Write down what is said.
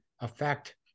affect